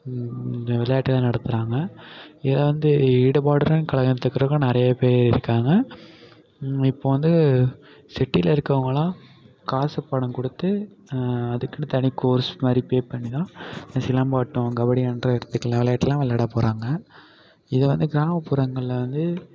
இந்த விளையாட்டுலாம் நடத்துகிறாங்க இதில் வந்து ஈடுபாடுடன் கலந்துக்கிறக்கும் நிறைய பேர் இருக்காங்க இப்போ வந்து சிட்டியில் இருக்கிறவங்களாம் காசு பணம் கொடுத்து அதுக்குன்னு தனி கோர்ஸ் மாதிரி பே பண்ணி தான் இந்த சிலம்பாட்டம் கபடி போன்ற விளையாட்டெல்லாம் விளையாட போகிறாங்க இதை வந்து கிராமப்புறங்களில் வந்து